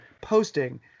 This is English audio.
posting